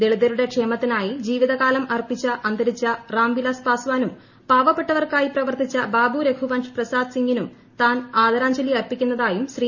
ദലിതരുടെ ക്ഷേമത്തിനായി ജീവിതകാലം അർപ്പിച്ച അന്തരിച്ച റാം വിലാസ് പാസ്വാനും പാവപ്പെട്ടവർക്കായി പ്രവർത്തിച്ച ബാബു രഘുവൻഷ് പ്രസാദ് സിംഗിനും താൻ ആദരാഞ്ജലി അർപ്പിക്കുന്നതായും ശ്രീ